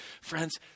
Friends